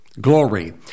glory